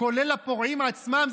כולל לפורעים עצמם,